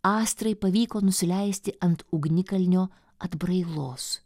astrai pavyko nusileisti ant ugnikalnio atbrailos